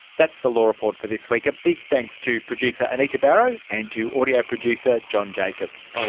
that's the law report for this week. a big thanks to producer anita barraud and to audio producer john jacobs.